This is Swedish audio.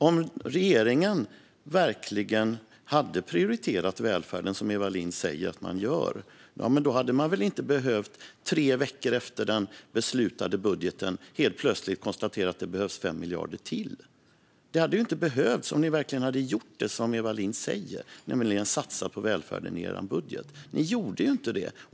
Om regeringen verkligen hade prioriterat välfärden, som Eva Lindh säger att man gör, hade man väl inte helt plötsligt, tre veckor efter den beslutade budgeten, behövt konstatera att det behövdes 5 miljarder till. Det hade inte behövts om ni verkligen hade gjort det som Eva Lindh säger, nämligen satsat på välfärden i er budget. Ni gjorde ju inte det.